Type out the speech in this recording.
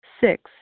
Six